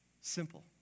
Simple